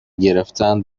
گرفتن